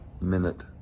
minute